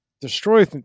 destroy